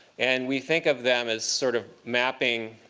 and we think of them as sort of mapping